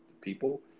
people